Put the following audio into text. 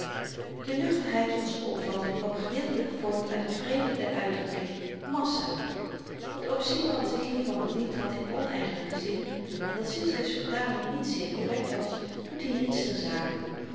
de nuchterheid van z'n opvatting kwam gedeeltelyk voort uit het vreemde der uitdrukking massa dat oom sybrand zich hiervan bediend had in oneigenlyken zin en dat sietske's vertaling niet zeer korrekt was doet hier niets